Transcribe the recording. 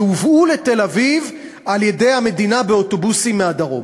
שהובאו לתל-אביב על-ידי המדינה באוטובוסים מהדרום.